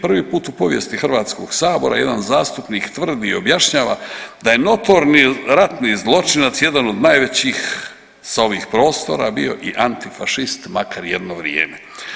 Prvi put u povijesti Hrvatskog sabora jedan zastupnik tvrdi i objašnjava da je notorni ratni zločinac jedan od najvećih sa ovih prostora bio i antifašist makar jedno vrijeme.